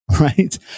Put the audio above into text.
right